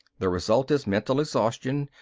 the result is mental exhaustion,